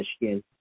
Michigan